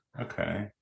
Okay